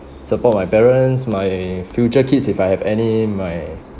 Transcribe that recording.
support my parents my future kids if I have any my